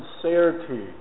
sincerity